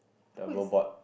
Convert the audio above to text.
the robot